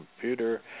computer